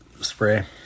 spray